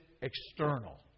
external